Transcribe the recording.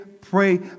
pray